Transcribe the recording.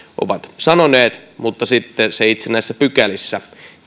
ovat sanoneet mutta sitten itse näissä pykälissä